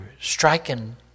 striking